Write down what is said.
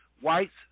white's